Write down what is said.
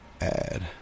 Add